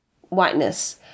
whiteness